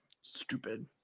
Stupid